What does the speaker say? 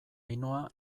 ainhoa